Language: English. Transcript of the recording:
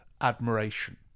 admiration